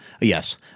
yes